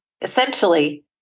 Essentially